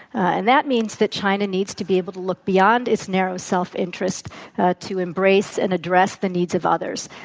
and that means that china needs to be able to look beyond its narrow self-interest to embrace and address the needs of others.